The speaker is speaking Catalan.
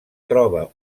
troba